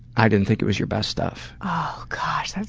i didn't think it was your best stuff. oh gosh,